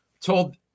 told